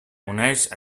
uneix